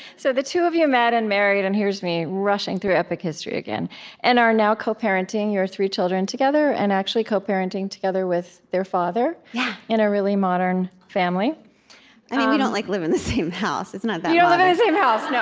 so the two of you met and married and here's me, rushing through epic history again and are now co-parenting your three children together and, actually, co-parenting together with their father, yeah in a really modern family i mean, we don't like live in the same house it's not that modern you don't live in the same house, no.